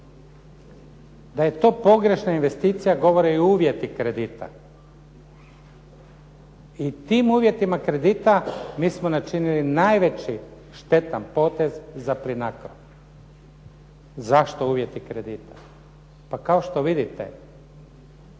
Da je to pogrešna investicija govore i uvjeti kredita. I tim uvjetima kredita mi smo načinili najveći štetan potez za Plinacro. Zašto uvjeti kredita? Pa kao što vidite,